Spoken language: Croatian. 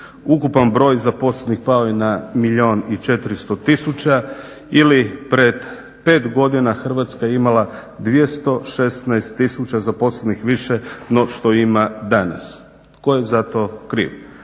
Ukupan broj zaposlenih pao je na milijun i 400 000 ili pred 5 godina Hrvatska je imala 216 000 zaposlenih više no što ima danas. Tko je za to kriv?